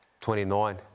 29